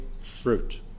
fruit